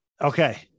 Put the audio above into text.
Okay